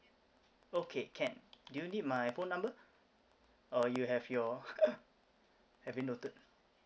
okay can do you need my phone number or you have your have it noted